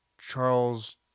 Charles